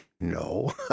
no